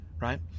right